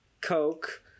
Coke